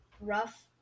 rough